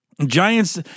Giants